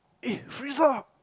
eh Firza